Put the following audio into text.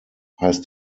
heißt